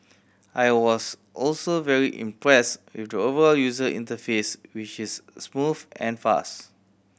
I was also very impressed with the overall user interface which is smooth and fast